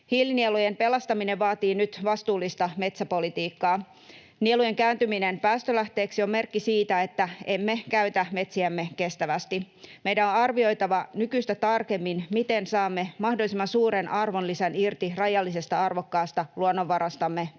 Hiilinielujen pelastaminen vaatii nyt vastuullista metsäpolitiikkaa. Nielujen kääntyminen päästölähteeksi on merkki siitä, että emme käytä metsiämme kestävästi. Meidän on arvioitava nykyistä tarkemmin, miten saamme mahdollisimman suuren arvonlisän irti rajallisesta, arvokkaasta luonnonvarastamme,